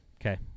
Okay